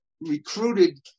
recruited